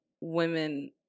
women-